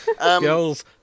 Girls